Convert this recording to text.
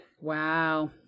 Wow